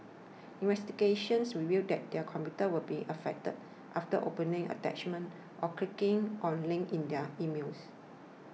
investigations revealed that their computers were infected after opening attachments or clicking on links in their emails